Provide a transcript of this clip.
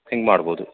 ಹಿಂಗೆ ಮಾಡ್ಬೌದು